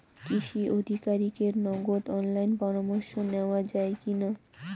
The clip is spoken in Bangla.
কৃষি আধিকারিকের নগদ অনলাইন পরামর্শ নেওয়া যায় কি না?